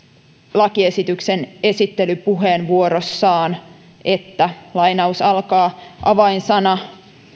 lakiesityksen esittelypuheenvuorossaan että avainsana